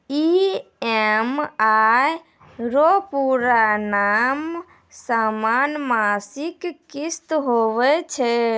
EMI रो पूरा नाम समान मासिक किस्त हुवै छै